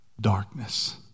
darkness